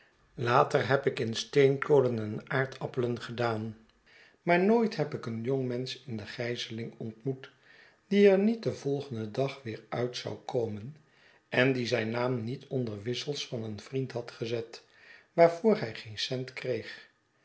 later heb ik in steenkolen en aardappelen gedaan maar nooit heb ik een jongmensch in de gijzeling ontmoet die er niet den volgenden dag weer uit zou komen en die zijn naam niet onder wissels van een vriend had gezet waarvoor hij geen cent kreeg